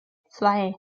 zwei